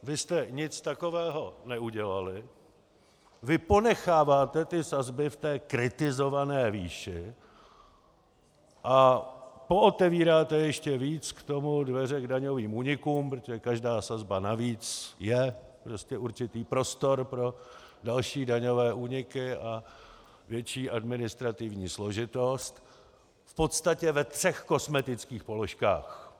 Vy jste nic takového neudělali, vy ponecháváte ty sazby v té kritizované výši a pootevíráte ještě víc k tomu dveře daňovým únikům, protože každá sazba navíc je určitý prostor pro další daňové úniky a větší administrativní složitost, v podstatě ve třech kosmetických položkách.